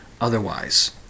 otherwise